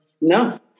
No